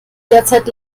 derzeit